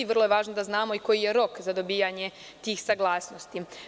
Vrlo je važno da znamo i koji je rok za dobijanje tih saglasnosti.